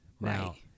Right